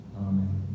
Amen